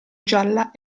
gialla